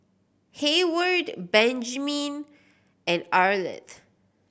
Hayward Benjman and Arleth